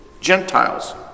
Gentiles